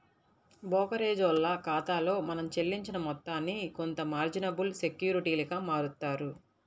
బోకరేజోల్ల ఖాతాలో మనం చెల్లించిన మొత్తాన్ని కొంత మార్జినబుల్ సెక్యూరిటీలుగా మారుత్తారు